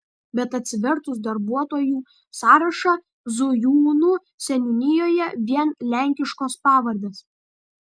bet atsivertus darbuotojų sąrašą zujūnų seniūnijoje vien lenkiškos pavardes